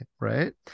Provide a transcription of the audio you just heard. right